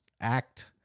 act